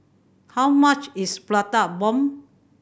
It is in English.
how much is Prata Bomb